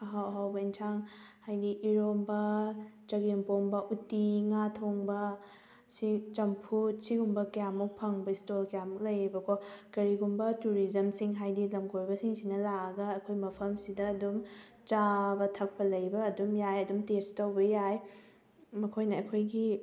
ꯑꯍꯥꯎ ꯑꯍꯥꯎꯕ ꯏꯟꯁꯥꯡ ꯍꯥꯏꯗꯤ ꯏꯔꯣꯝꯕ ꯆꯒꯦꯝꯄꯣꯝꯕ ꯎꯇꯤ ꯉꯥ ꯊꯣꯡꯕ ꯁꯤ ꯆꯝꯐꯨꯠ ꯁꯤꯒꯨꯝꯕ ꯀꯌꯥꯃꯨꯛ ꯐꯪꯕ ꯏꯁꯇꯣꯔ ꯀꯌꯥꯃꯨꯛ ꯂꯩꯌꯦꯕꯀꯣ ꯀꯔꯤꯒꯨꯝꯕꯗ ꯇꯨꯔꯤꯖꯝꯁꯤꯡ ꯍꯥꯏꯗꯤ ꯂꯝ ꯀꯣꯏꯕꯁꯤꯡꯁꯤꯅ ꯂꯥꯛꯑꯒ ꯑꯩꯈꯣꯏ ꯃꯐꯝꯁꯤꯗ ꯑꯗꯨꯝ ꯆꯥꯕ ꯊꯛꯄ ꯂꯩꯕ ꯑꯗꯨꯝ ꯌꯥꯏ ꯑꯗꯨꯝ ꯇꯦꯁ ꯇꯧꯕ ꯑꯗꯨꯝ ꯌꯥꯏ ꯃꯈꯣꯏꯅ ꯑꯩꯈꯣꯏꯒꯤ